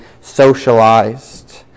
socialized